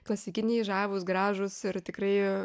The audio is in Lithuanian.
klasikiniai žavūs gražūs ir tikrai